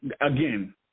again